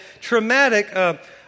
traumatic